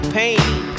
pain